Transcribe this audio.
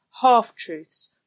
half-truths